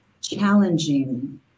challenging